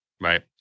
Right